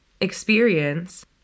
experience